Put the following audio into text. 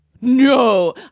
No